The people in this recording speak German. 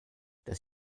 das